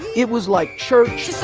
it was like church she